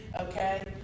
Okay